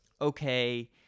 okay